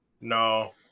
No